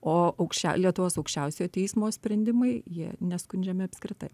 o aukščia lietuvos aukščiausiojo teismo sprendimai jie neskundžiami apskritai